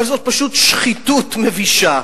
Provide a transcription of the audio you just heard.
אבל זאת פשוט שחיתות מבישה.